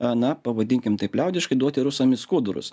a na pavadinkim taip liaudiškai duoti rusam į skudurus